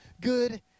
good